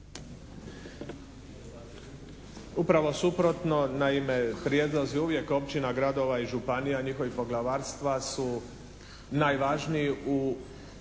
Upravo suprotno. Naime, prijedlozi uvijek općina, gradova i županija, njihovih poglavarstva su najvažniji u